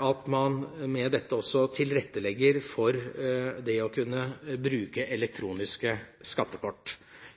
at man med dette tilrettelegger for det å kunne bruke elektroniske skattekort.